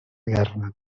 guerra